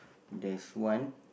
there's one